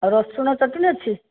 ଆଉ ରସୁଣ ଚଟଣି ଅଛି